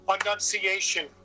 enunciation